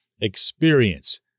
experience